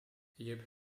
yip